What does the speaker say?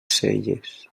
celles